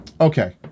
Okay